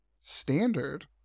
standard